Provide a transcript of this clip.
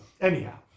Anyhow